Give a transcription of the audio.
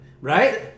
Right